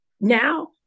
Now